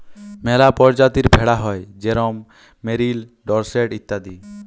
ম্যালা পরজাতির ভেড়া হ্যয় যেরকম মেরিল, ডরসেট ইত্যাদি